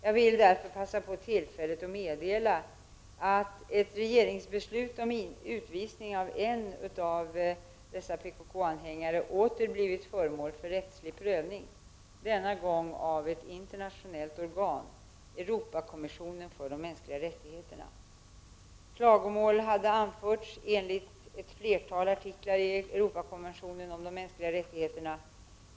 Jag vill därför passa på att meddela att ett regeringsbeslut om utvisning av en av dessa PKK-anhängare åter blivit föremål för rättslig prövning — denna gång av ett internationellt organ, Europakommissionen för de mänskliga rättigheterna. Klagomål hade anförts enligt ett flertal artiklar i Europakonventionen om de mänskliga rättigheterna.